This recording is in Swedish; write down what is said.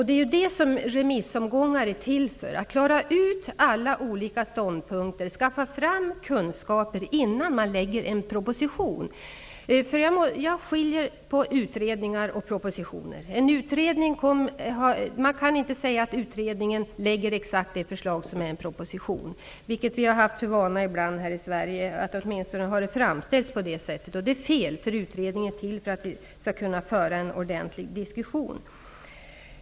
Det är det som remissomgångar är till för -- att klara ut alla olika ståndpunkter och skaffa fram kunskaper, innan regeringen lägger fram en proposition. Jag skiljer på utredningar och propositioner. Man kan inte säga att utredningen framför exakt det förslag som sedan kommer i en proposition, även om det ibland framställs som om det vore på det sättet. Utredningar är till för att vi skall få underlag för att föra en ordentlig diskussion.